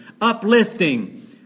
Uplifting